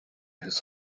his